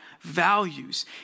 values